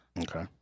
okay